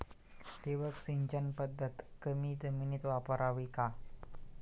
ठिबक सिंचन पद्धत कमी जमिनीत वापरावी का?